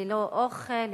ללא אוכל,